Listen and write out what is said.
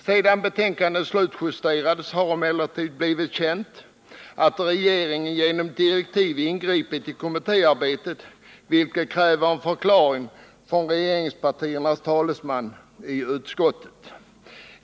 Sedan betänkandet slutjusterades har det emellertid blivit känt att regeringen genom direktiv ingripit i kommittéarbetet, vilket kräver en förklaring från regeringspartiernas talesman i utskottet.